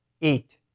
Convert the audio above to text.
eat